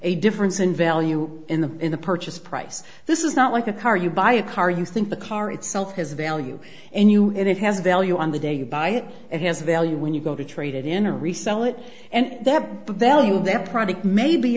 a difference in value in the in the purchase price this is not like a car you buy a car you think the car itself has value and you it has value on the day you buy it it has value when you go to trade it in or resell it and that the value of that product may be